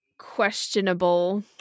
Questionable